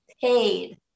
paid